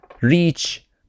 reach